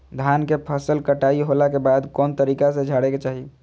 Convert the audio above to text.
धान के फसल कटाई होला के बाद कौन तरीका से झारे के चाहि?